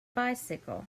bicycle